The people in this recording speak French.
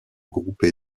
groupé